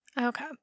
Okay